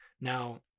now